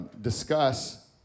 discuss